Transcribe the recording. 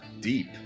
Deep